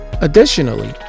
Additionally